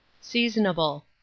seasonable